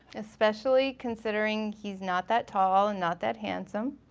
especially considering he's not that tall and not that handsome.